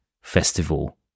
Festival